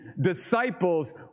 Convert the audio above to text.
disciples